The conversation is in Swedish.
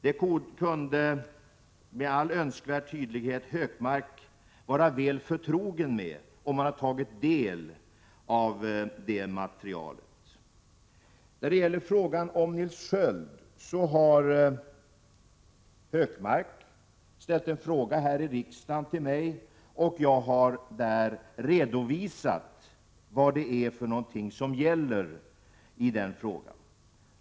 Hökmark borde, med all önskvärd tydlighet, vara förtrogen med den saken, om han nu har tagit del av materialet. När det gäller Nils Sköld har Hökmark här i riksdagen ställt en fråga till mig, och jag har redovisat vad som gäller i det sammanhanget.